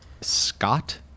Scott